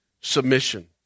submission